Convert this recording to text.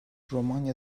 romanya